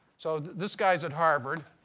so this guy's at harvard